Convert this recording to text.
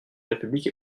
république